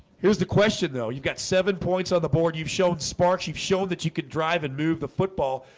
here's the question though. you've got seven points on the board. you've shown sparks you've shown that you could drive and move the football,